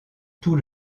tout